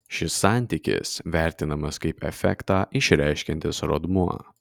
šis santykis vertinamas kaip efektą išreiškiantis rodmuo